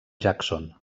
jackson